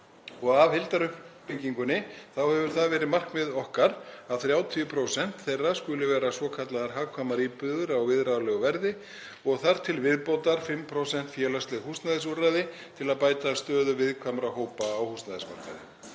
Af heildaruppbyggingunni hefur það verið markmið okkar að 30% íbúða skuli vera svokallaðar hagkvæmar íbúðir á viðráðanlegu verði og þar til viðbótar 5% félagsleg húsnæðisúrræði til að bæta stöðu viðkvæmra hópa á húsnæðismarkaði.